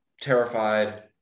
terrified